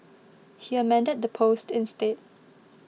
he amended the post instead